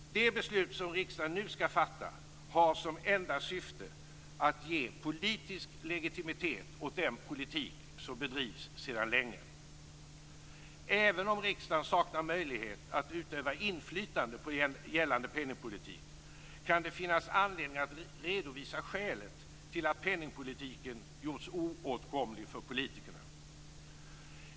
Det beslut som riksdagen nu skall fatta har som enda syfte att ge politisk legitimitet åt den politik som bedrivs sedan länge. Även om riksdagen saknar möjlighet att utöva inflytande på gällande penningpolitik kan det finnas anledning att redovisa skälet till att penningpolitiken gjorts oåtkomlig för politikerna.